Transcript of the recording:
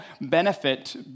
benefit